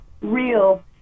real